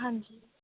ਹਾਂਜੀ